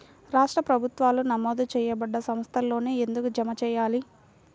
రాష్ట్ర ప్రభుత్వాలు నమోదు చేయబడ్డ సంస్థలలోనే ఎందుకు జమ చెయ్యాలి?